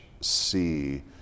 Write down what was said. see